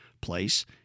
place